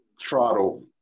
throttle